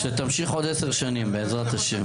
שתמשיך עוד 10 שנים בעזרת ה׳.